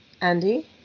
Andy